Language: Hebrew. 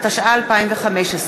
התשע"ה 2015,